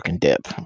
dip